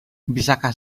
bisakah